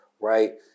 right